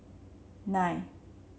nine